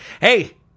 Hey